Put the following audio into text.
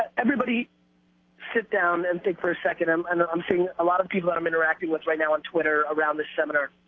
everybody sit down and think for a second. um and i'm seeing a lot of people that i'm interacting with right now on twitter around the seminar.